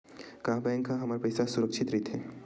का बैंक म हमर पईसा ह सुरक्षित राइथे?